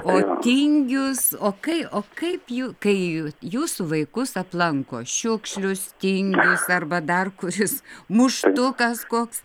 o tingius o kai o kaip jų kaij jūsų vaikus aplanko šiukšlius tingius arba dar kuris muštukas koks